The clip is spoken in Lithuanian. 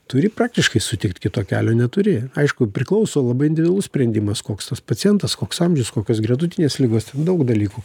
turi praktiškai sutikt kito kelio neturi aišku priklauso labai individualus sprendimas koks tas pacientas koks amžius kokios gretutinės ligos ten daug dalykų